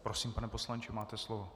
Prosím, pane poslanče, máte slovo.